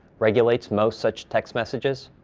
regulates most such text messages?